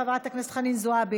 חברת הכנסת חנין זועבי,